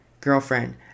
Girlfriend